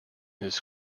his